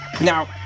now